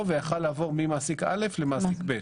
והיה יכול לעבור ממעסיק אל"ף למעסיק בי"ת.